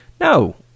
no